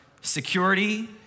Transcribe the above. security